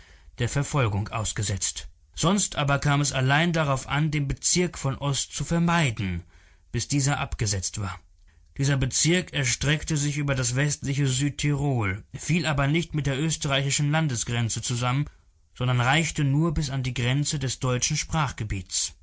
der verfolgung ausgesetzt sonst aber kam es allein darauf an den bezirk von oß zu vermeiden bis dieser abgesetzt war dieser bezirk erstreckte sich über das westliche südtirol fiel aber nicht mit der österreichischen landesgrenze zusammen sondern reichte nur bis an die grenzen des deutschen